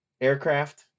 Aircraft